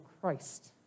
Christ